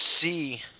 see